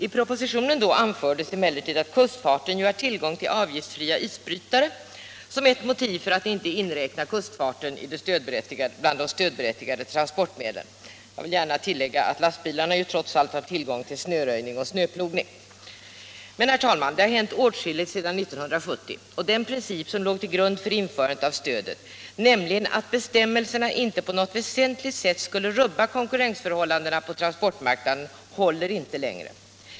I propositionen då anfördes emellertid såsom ett motiv för att inte inräkna kustfarten bland de stödberättigade transportmedlen att kustfarten ju har tillgång till avgiftsfria isbrytare. Jag vill gärna påpeka att lastbilarna trots allt har tillgång till avgiftsfri snöröjning och snöplogning. Det har, herr talman, hänt åtskilligt sedan 1970. Den princip som låg till grund för införandet av stödet, nämligen att bestämmelserna inte på något väsentligt sätt skulle rubba konkurrensförhållandena på transportmarknaden, håller inte längre.